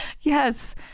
Yes